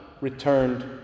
returned